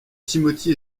timothy